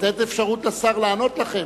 ולתת אפשרות לשר לענות לכם.